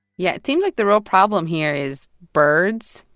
yeah, it seems like the real problem here is birds,